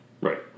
Right